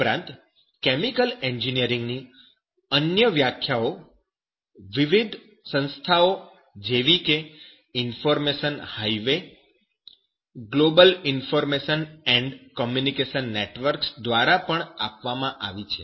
ઉપરાંત chemical engineering ની અન્ય વ્યાખ્યાઓ વિવિધ સંસ્થાઓ જેવી કે information highway global information and communication networks દ્વારા પણ આપવામાં આવી છે